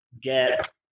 get